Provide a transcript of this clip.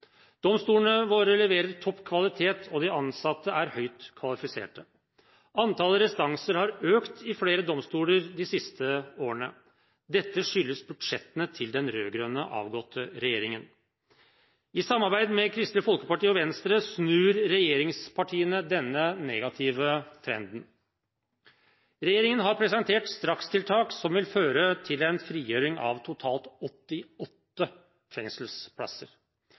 Domstolene våre leverer topp kvalitet, og de ansatte er høyt kvalifiserte. Antallet restanser har økt i flere domstoler de siste årene. Dette skyldes budsjettene til den avgåtte rød-grønne regjeringen. I samarbeid med Kristelig Folkeparti og Venstre snur regjeringspartiene denne negative trenden. Regjeringen har presentert strakstiltak som vil føre til en frigjøring av totalt 88 fengselsplasser.